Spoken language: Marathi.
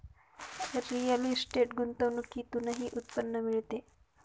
रिअल इस्टेट गुंतवणुकीतूनही उत्पन्न मिळते